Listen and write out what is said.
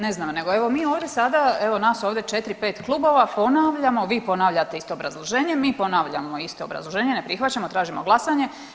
Ne znam, nego evo mi ovdje sada evo nas ovdje četiri, pet klubova ponavljamo, vi ponavljate isto obrazloženje, mi ponavljamo isto obrazloženje, ne prihvaćamo, tražimo glasanje.